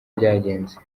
byagenze